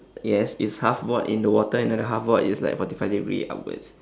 yes it's half board in the water another half board is like forty five degree upwards